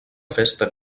festa